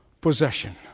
possession